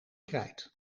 krijt